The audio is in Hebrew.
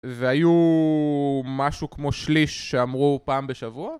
והיו משהו כמו שליש שאמרו פעם בשבוע?